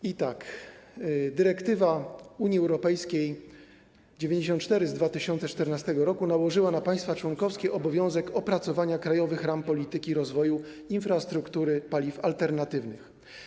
I tak dyrektywa Unii Europejskiej 94 z 2014 r. nałożyła na państwa członkowskie obowiązek opracowania „Krajowych ram polityki rozwoju infrastruktury paliw alternatywnych”